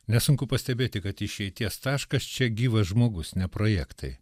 nesunku pastebėti kad išeities taškas čia gyvas žmogus ne projektai